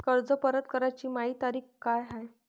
कर्ज परत कराची मायी तारीख का हाय?